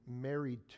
married